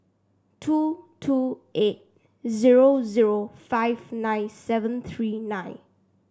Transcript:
two two eight zero zero five nine seven three nine